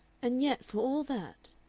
and yet for all that